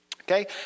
okay